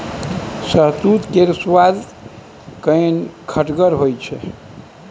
शहतुत केर सुआद कनी खटगर होइ छै